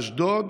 אשדוד,